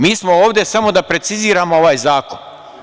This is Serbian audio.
Mi smo ovde samo da preciziramo ovaj zakon.